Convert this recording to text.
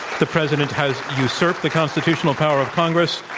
the president has usurped the constitutional power of congress.